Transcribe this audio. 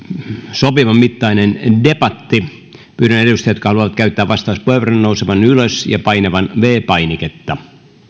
sopivan mittainen debatti pyydän edustajia jotka haluavat käyttää vastauspuheenvuoron nousemaan ylös ja painamaan viides painiketta